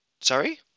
Sorry